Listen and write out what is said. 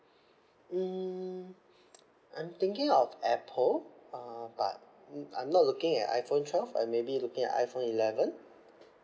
mm I'm thinking of apple uh but I'm not looking at iphone twelve I maybe looking at iphone eleven